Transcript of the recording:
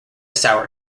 sour